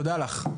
תודה לך.